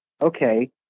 okay